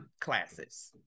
classes